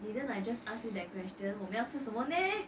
didn't I just ask you that question 我要吃什么 neh